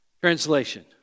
Translation